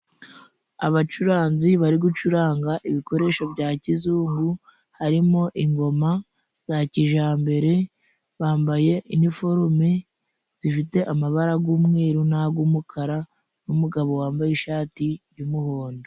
Abacuranzi bari gucuranga ibikoresho bya kizungu ,harimo ingoma za kijyambere, bambaye iniforume zifite amabara y'umweru n'ay'umukara, n'umugabo wambaye ishati y'umuhondo.